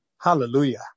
Hallelujah